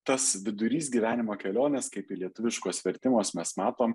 tas vidurys gyvenimo kelionės kaip į lietuviškus vertimus mes matom